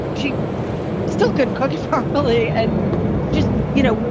she still couldn't cook properly. and just, you know,